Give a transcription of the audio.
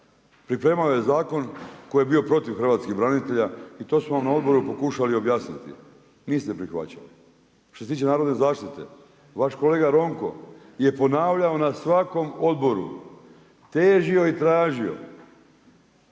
Pripremao je zakon koji je bio protiv hrvatskih branitelja i to smo vam na odboru pokušali objasniti, niste prihvaćali. Što se tiče narodne zaštite, vaš kolega Ronko je ponavljao na svakom odboru, težio i tražio,